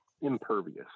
impervious